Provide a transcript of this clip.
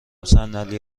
صندلی